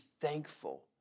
thankful